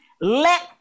let